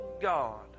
God